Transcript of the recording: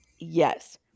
yes